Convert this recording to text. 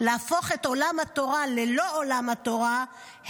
להפוך את עולם התורה ללא עולם התורה,